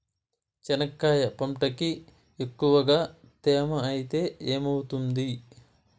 చెనక్కాయ పంటకి ఎక్కువగా తేమ ఐతే ఏమవుతుంది?